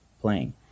playing